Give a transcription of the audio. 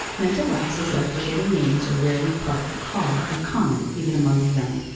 mental lapses like forgetting names or where we parked the car are common even among the young.